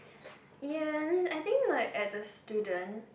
yes I think like as a student